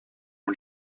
ont